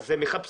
אז הם מחפשים.